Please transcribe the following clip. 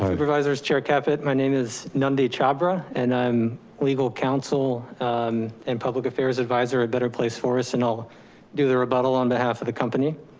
supervisors, chair caput, my name is nundee chabra and i'm legal counsel and public affairs advisor at better place forest. and i'll do the rebuttal on behalf of the company.